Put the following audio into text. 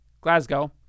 Glasgow